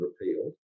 repealed